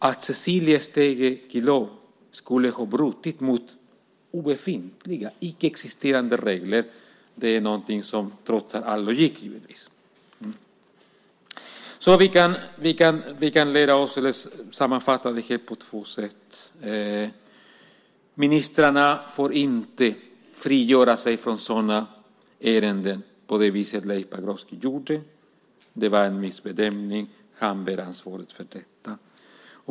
Att Cecilia Stegö Chilò skulle ha brutit mot obefintliga, icke existerande regler, är givetvis någonting som trotsar all logik. Vi kan sammanfatta detta på två sätt. Ministrarna får inte frigöra sig från sådana ärenden på det vis som Leif Pagrotsky gjorde. Det var en missbedömning, och han bär ansvaret för detta.